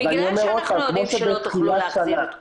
בגלל שאנחנו יודעים שלא תוכלו להחזיר את כולם.